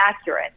accurate